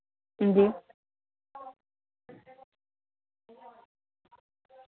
अंजी